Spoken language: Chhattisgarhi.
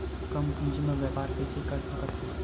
कम पूंजी म व्यापार कइसे कर सकत हव?